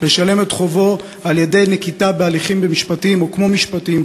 לשלם את חובו על-ידי נקיטת הליכים משפטיים או כמו-משפטיים,